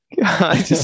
God